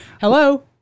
Hello